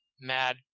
mad